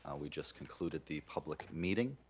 ah we just concluded the public meeting.